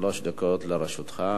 שלוש דקות לרשותך.